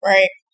Right